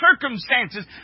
circumstances